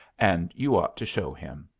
and you ought to show him.